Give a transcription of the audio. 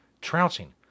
Trouncing